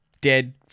dead